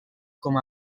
com